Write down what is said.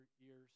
years